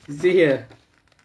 you see here